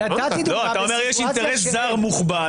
אתה אומר שיש אינטרס זר מוחבא.